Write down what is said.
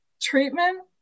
treatment